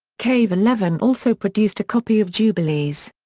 cave eleven also produced a copy of jubilees.